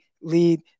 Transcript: lead